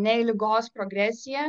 ne į ligos progresiją